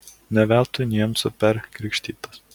ne veltui niemcu perkrikštytas